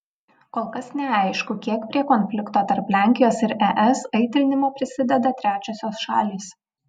kol kas neaišku kiek prie konflikto tarp lenkijos ir es aitrinimo prisideda trečiosios šalys